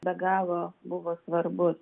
be galo buvo svarbus